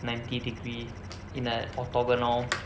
ninety degree in an orthogonal